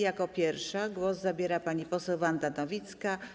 Jako pierwsza głos zabierze pani poseł Wanda Nowicka.